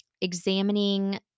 examining